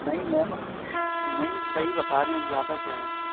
نہیں میم نہیں صحیح بتا رہے ہیں زیادہ کیا ہے